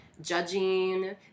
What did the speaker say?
judging